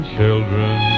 children